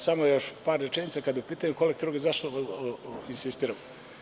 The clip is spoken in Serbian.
Samo još par rečenica kada je u pitanju kolektivni ugovor i zašto insistiram?